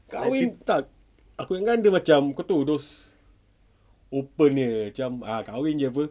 kahwin tak aku ingat dia macam kau tahu those open punya macam kahwin jer [pe]